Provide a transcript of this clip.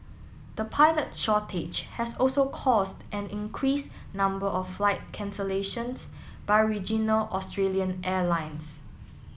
the pilot shortage has also caused an increased number of flight cancellations by regional Australian airlines